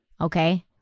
okay